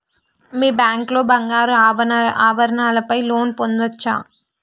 మీ bank లో బంగారు ఆభరణాల పై లోన్ పొందచ్చా?